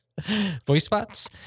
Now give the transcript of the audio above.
VoiceBots